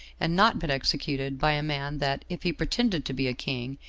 and not been executed by a man that, if he pretended to be a king,